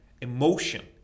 Emotion